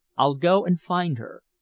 i'll go and find her.